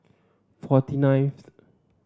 forty nineth